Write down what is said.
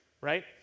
Right